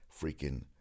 Freaking